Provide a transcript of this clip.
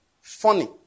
funny